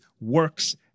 works